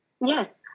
Yes